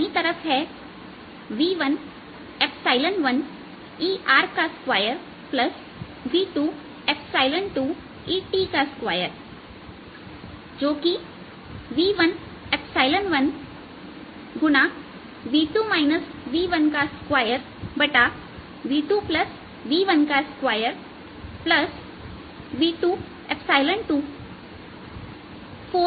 दाईं तरफ है v11ER2 v22ET2जो कि v11 v2 v12v2 v12 v224v22v2 v12EI2 के बराबर है